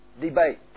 debate